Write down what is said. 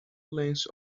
length